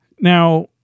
Now-